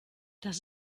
das